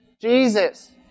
Jesus